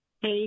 Hey